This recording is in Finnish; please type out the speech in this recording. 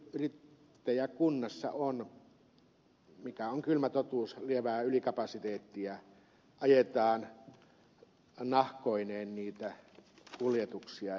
tri teija kun yrittäjäkunnassa on mikä on kylmä totuus lievää ylikapasiteettia ajetaan nahkoineen niitä kuljetuksia